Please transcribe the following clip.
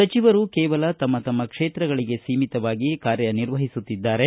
ಸಚಿವರು ಕೇವಲ ತಮ್ಮ ತಮ್ಮ ಕ್ಷೇತ್ರಗಳಿಗೆ ಸೀಮಿತವಾಗಿ ಕಾರ್ಯ ನಿರ್ವಹಿಸುತ್ತಿದ್ದಾರೆ